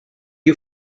you